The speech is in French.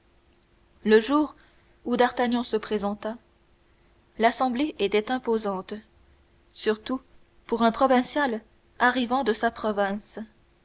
le jour où d'artagnan se présenta l'assemblée était imposante surtout pour un provincial arrivant de sa province